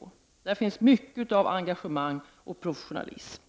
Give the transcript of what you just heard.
Hos dessa människor finns mycket av engagemang och professionalism.